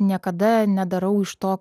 niekada nedarau iš to